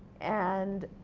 and,